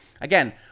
again